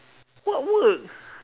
what work